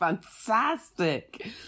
fantastic